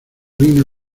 vino